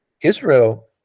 Israel